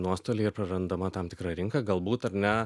nuostoliai ir prarandama tam tikra rinka galbūt ar ne